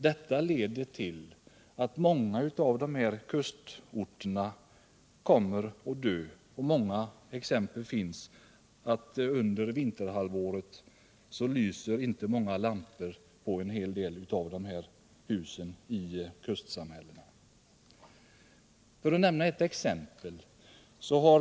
Detta leder till att en rad kustorter kommer att dö. Under vinterhalvåret lyser inte många lampor i en hel del av kustsamhällena. Jag vill nämna ett exempel.